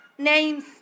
Names